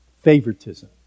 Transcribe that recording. Favoritism